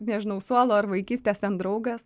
nežinau suolo ar vaikystės ten draugas